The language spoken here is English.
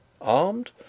Armed